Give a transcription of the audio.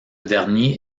dernier